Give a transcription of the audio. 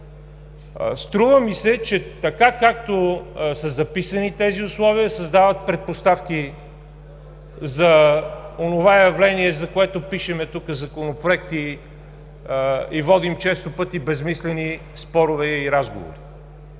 Струва ми се, че така, както са записани тези условия, създават предпоставки за онова явление, за което пишем тук законопроекти и водим често пъти безсмислени спорове и разговори,